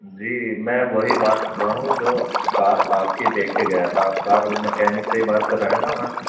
جی میں وہی بات کر رہا ہوں جو کار آپ کی دیکھ کے گیا تھا آپ کار وہ مکینک سے ہی بات کر رہے ہیں نا